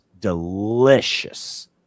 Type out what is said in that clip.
delicious